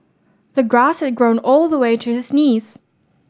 the grass had grown all the way to his knees